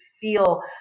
feel